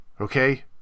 Okay